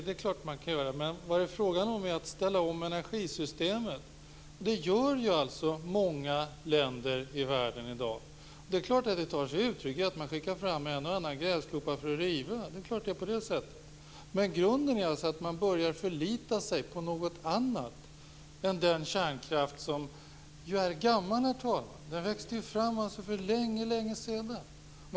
Men vad det är fråga om är att ställa om energisystemet. Detta gör också många länder i världen i dag. Det tar sig självfallet uttryck i att man skickar fram en och annan grävskopa för att riva. Herr talman! Grunden är att man börjar förlita sig på något annat än den kärnkraft som ju är gammal. Den växte fram för länge, länge sedan.